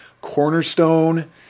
cornerstone